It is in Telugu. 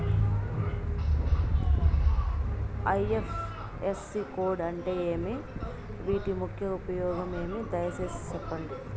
ఐ.ఎఫ్.ఎస్.సి కోడ్ అంటే ఏమి? వీటి ముఖ్య ఉపయోగం ఏమి? దయసేసి సెప్పండి?